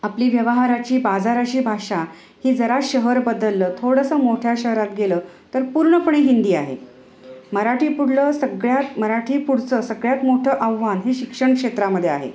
आपली व्यवहाराची बाजाराची भाषा ही जरा शहर बदलले थोडेसे मोठ्या शहरात गेले तर पूर्णपणे हिंदी आहे मराठी पुढलं सगळ्यात मराठी पुढचे सगळ्यात मोठे आव्हान हे शिक्षण क्षेत्रामध्ये आहे